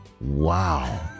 Wow